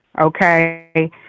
okay